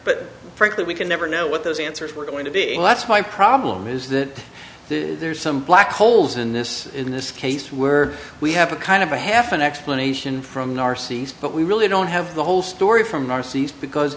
but frankly we can never know what those answers were going to be that's my problem is that there's some black holes in this in this case where we have a kind of a half an explanation from the r c c but we really don't have the whole story from our seats because